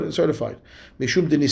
certified